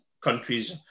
countries